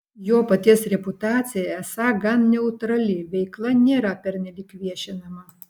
jo paties reputacija esą gan neutrali veikla nėra pernelyg viešinama